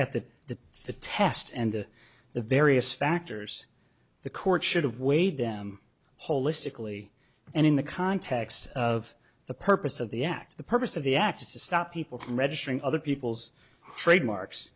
the the test and the various factors the court should have weighed them holistically and in the context of the purpose of the act the purpose of the act is to stop people from registering other people's trademarks